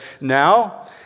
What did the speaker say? Now